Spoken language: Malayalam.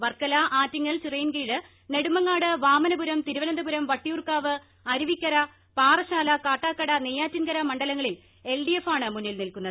വർക്കല ആറ്റിങ്ങൽ ചിറയിൻകീഴ് നെടുമങ്ങൂട് വാമനപുരം തിരുവനന്തപുരം വട്ടിയൂർക്കാവ് അരുവിക്കര പാറശ്ശാല കാട്ടാക്കട നെയ്യാറ്റിൻകര മണ്ഡലങ്ങളിൽ എൽ ഡി എഫാണ് മുന്നിൽ നിൽക്കുന്നത്